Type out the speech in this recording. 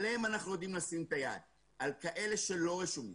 עליהם אנחנו יודעים לשים את היד אלא על כאלה שלא רשומים.